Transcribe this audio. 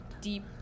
deep